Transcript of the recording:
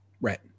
Right